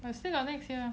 I still got next year